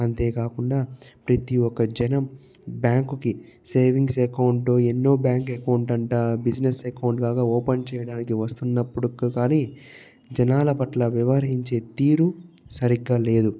అంతేకాకుండా ప్రతి ఒక జనం బ్యాంకుకి సేవింగ్స్ అకౌంట్ ఎన్నో బ్యాంకు అకౌంట్స్ అంటా బిజినెస్ అకౌంట్ లాగా ఓపెన్ చేయడానికి వస్తున్నప్పుడు గాని జనాల పట్ల వ్యవహరించే తీరు సరిగ్గా లేదు